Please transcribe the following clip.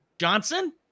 Johnson